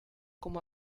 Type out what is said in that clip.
como